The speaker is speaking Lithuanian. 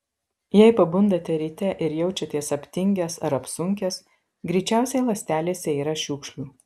jei pabundate ryte ir jaučiatės aptingęs ar apsunkęs greičiausiai ląstelėse yra šiukšlių